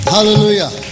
Hallelujah